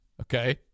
Okay